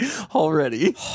Already